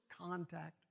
contact